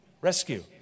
Rescue